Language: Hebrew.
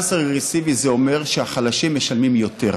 מס רגרסיבי זה אומר שהחלשים משלמים יותר.